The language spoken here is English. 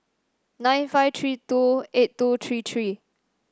nine five three two eight two three three